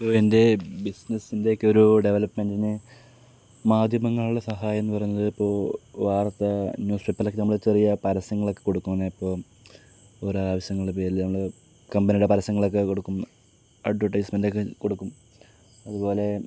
ഇപ്പോൾ എന്റെ ബിസ്സ്നസ്സിന്റെ ഒക്കെയൊരു ഡെവലപ്മെൻറ്റിന് മാധ്യമങ്ങളുടെ സഹായമെന്നു പറയുന്നത് ഇപ്പോൾ വാർത്ത ന്യൂസ് പേപ്പറിലൊക്കെ നമ്മൾ ചെറിയ പരസ്യങ്ങളൊക്കെ കൊടുക്കും ന്നെ ഇപ്പോൾ ഓരോ ആവശ്യങ്ങളുടെ പേരിൽ നമ്മൾ കമ്പനിയുടെ പരസ്യങ്ങളൊക്കെ കൊടുക്കും അഡ്വെർടൈസ്മെൻറ്റ് ഒക്കെ കൊടുക്കും അതുപോലെ